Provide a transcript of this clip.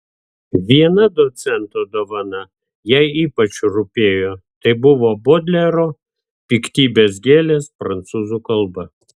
viena docento dovana jai ypač rūpėjo tai buvo bodlero piktybės gėlės prancūzų kalba